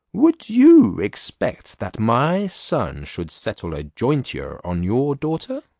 would you expect that my son should settle a jointure on your daughter?